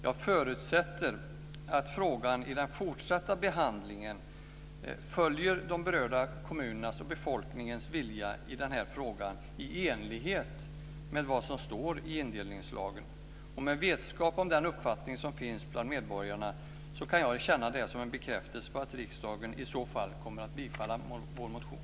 Jag förutsätter att frågan i den fortsatta behandlingen följer de berörda kommunernas och befolkningens vilja i frågan i enlighet med vad som står i indelningslagen. Med vetskap om den uppfattning som finns bland medborgarna kan jag känna det som en bekräftelse på att riksdagen i så fall kommer att bifalla vår motion.